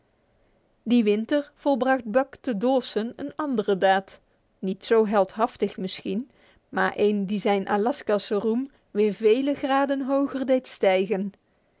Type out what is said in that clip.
die winter volbracht buck te dawson een andere daad niet zo heldhaftig misschien maar een die zijn alaskase roem weer vele graden hoger deed stijgen